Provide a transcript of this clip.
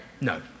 No